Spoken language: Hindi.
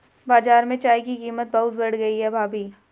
बाजार में चाय की कीमत बहुत बढ़ गई है भाभी